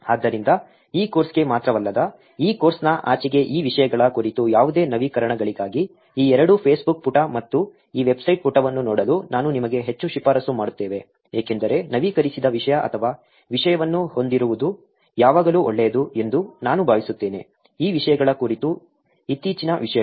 ಆದ್ದರಿಂದ ಈ ಕೋರ್ಸ್ಗೆ ಮಾತ್ರವಲ್ಲದೆ ಈ ಕೋರ್ಸ್ನ ಆಚೆಗೆ ಈ ವಿಷಯಗಳ ಕುರಿತು ಯಾವುದೇ ನವೀಕರಣಗಳಿಗಾಗಿ ಈ ಎರಡು ಫೇಸ್ಬುಕ್ ಪುಟ ಮತ್ತು ಈ ವೆಬ್ ಪುಟವನ್ನು ನೋಡಲು ನಾನು ನಿಮಗೆ ಹೆಚ್ಚು ಶಿಫಾರಸು ಮಾಡುತ್ತೇವೆ ಏಕೆಂದರೆ ನವೀಕರಿಸಿದ ವಿಷಯ ಅಥವಾ ವಿಷಯವನ್ನು ಹೊಂದಿರುವುದು ಯಾವಾಗಲೂ ಒಳ್ಳೆಯದು ಎಂದು ನಾನು ಭಾವಿಸುತ್ತೇನೆ ಈ ವಿಷಯಗಳ ಕುರಿತು ಇತ್ತೀಚಿನ ವಿಷಯಗಳು